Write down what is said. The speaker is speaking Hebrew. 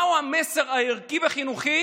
מהו המסר הערכי והחינוכי